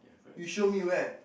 you show me where